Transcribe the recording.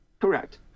Correct